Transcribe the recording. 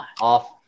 off